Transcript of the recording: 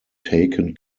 taken